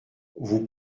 vous